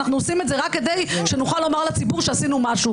אנחנו עושים את זה רק כדי שנוכל לומר לציבור שעשינו משהו.